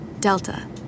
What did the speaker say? Delta